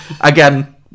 Again